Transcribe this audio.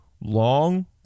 long